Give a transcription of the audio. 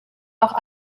auch